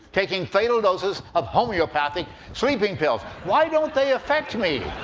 taking fatal doses of homeopathic sleeping pills. why don't they affect me?